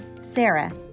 Sarah